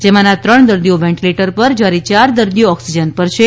જેમાના ત્રણ દર્દીઓ વેન્ટીલેટર પર જ્યારે યાર દર્દીઓ ઓક્સિજન પર છે